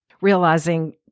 realizing